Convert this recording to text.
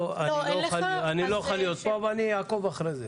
לא, אני לא אוכל להיות פה, אבל אני אעקוב אחרי זה.